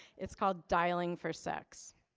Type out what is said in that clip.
it's called dialing for sex.